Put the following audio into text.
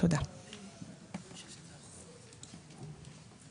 תודה זה לא כלל תאגידים מקומיים,